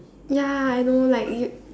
ya I know like you